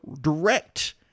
direct